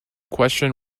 question